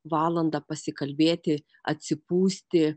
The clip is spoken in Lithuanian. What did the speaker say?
valandą pasikalbėti atsipūsti